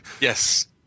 Yes